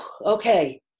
okay